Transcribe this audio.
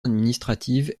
administrative